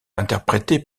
interprétée